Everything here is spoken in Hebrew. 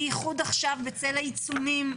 במיוחד עכשיו בצל העיצומים,